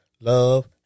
love